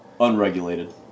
Unregulated